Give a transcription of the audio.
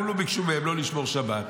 כולה ביקשו מהם לא לשמור שבת,